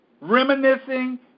reminiscing